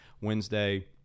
wednesday